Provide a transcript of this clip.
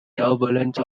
turbulence